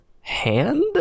hand